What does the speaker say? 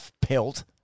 pelt